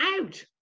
out